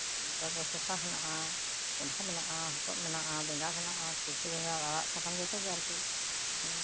ᱛᱟᱨᱯᱚᱨ ᱥᱚᱥᱟ ᱢᱮᱱᱟᱜᱼᱟ ᱠᱚᱱᱰᱷᱟ ᱢᱮᱱᱟᱜᱼᱟ ᱦᱚᱛᱚᱜ ᱢᱮᱱᱟᱜᱼᱟ ᱵᱮᱸᱜᱟᱲ ᱢᱮᱱᱟᱜᱼᱟ ᱠᱩᱲᱪᱟᱹ ᱵᱮᱸᱜᱟᱲ ᱟᱲᱟᱜ ᱥᱟᱠᱟᱢ ᱡᱚᱛᱚ ᱜᱮ ᱟᱨᱠᱤ